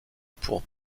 pour